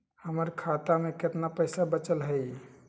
हमर खाता में केतना पैसा बचल हई?